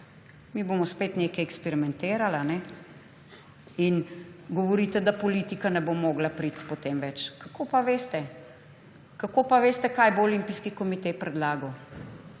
Mi bomo spet nekaj eksperimentirali. Govorite, da politika potem ne bo mogla več priti . Kako pa veste? Kako pa veste, kaj bo Olimpijski komite predlagal?